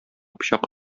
пычак